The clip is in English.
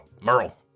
Merle